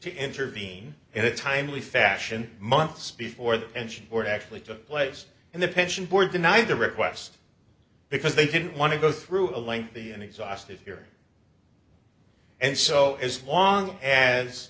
to intervene in a timely fashion months before the engine or actually took place and the pension board denied the request because they didn't want to go through a lengthy and exhaustive here and so as long as